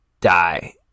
die